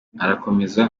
arakomeza